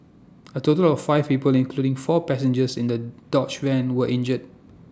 A total of five people including four passengers in the dodge van were injured